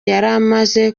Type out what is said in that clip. yaramaze